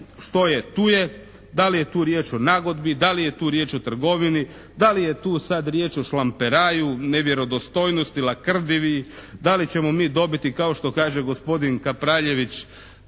što je tu je. Da li je tu riječ o nagodbi, da li je tu riječ o trgovini, da li je tu sad riječ o šlamperaju, nevjerodostojnosti, lakrdiji? Da li ćemo mi dobiti kao što kaže gospodin Kapraljević